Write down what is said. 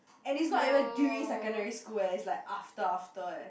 and is not even during secondary school eh is like after after eh